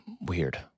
Weird